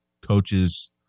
coaches –